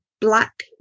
black